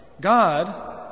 God